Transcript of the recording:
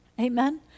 amen